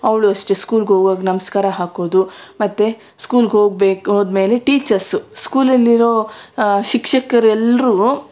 ಅವಳೂ ಅಷ್ಟೇ ಸ್ಕೂಲ್ಗೆ ಹೋಗುವಾಗ ನಮಸ್ಕಾರ ಹಾಕೋದು ಮತ್ತು ಸ್ಕೂಲ್ಗೆ ಹೋಗ್ಬೇಕು ಹೋದ ಮೇಲೆ ಟೀಚರ್ಸು ಸ್ಕೂಲಲ್ಲಿರೋ ಶಿಕ್ಷಕರೆಲ್ಲರೂ